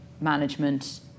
management